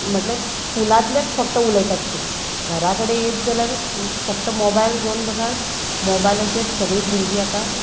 म्हटल्या स्कुलांतलेत फक्त उलयतात ती घरा कडेन येत जाल्यार फक्त मोबायल घेवन बसात मोबायलाचेर सगळीं भुरगीं आतां